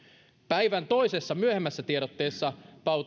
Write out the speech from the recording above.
päivän toisessa tiedotteessa